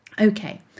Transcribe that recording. Okay